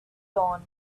dawn